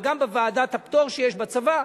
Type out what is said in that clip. וגם בוועדת הפטור שיש בצבא.